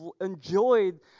enjoyed